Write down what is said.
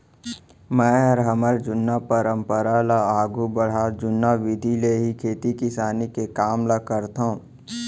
मैंहर हमर जुन्ना परंपरा ल आघू बढ़ात जुन्ना बिधि ले ही खेती किसानी के काम ल करथंव